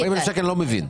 40,000 אני לא מבין.